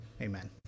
Amen